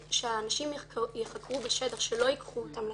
שאנשים ייחקרו בשטח ולא ייקחו אותם לתחנה.